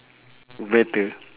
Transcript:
better